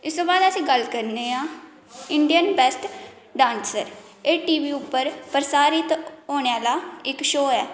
इसदे बाद अस गल्ल करने आं इंडियन बेस्ट डांसर एह् टी वी उप्पर प्रसारित होने आह्ला इक शो ऐ